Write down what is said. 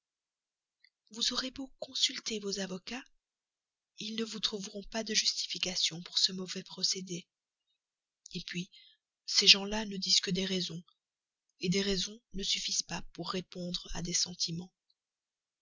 vous aurez beau consulter vos avocats ils ne vous trouveront pas de justification pour ce mauvais procédé puis ces gens-là ne disent que des raisons des raisons ne suffisent pas pour répondre à des sentiments